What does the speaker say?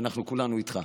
ואנחנו כולנו איתך.